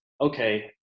okay